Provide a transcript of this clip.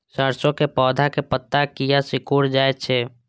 सरसों के पौधा के पत्ता किया सिकुड़ जाय छे?